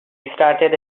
restarted